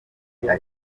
agira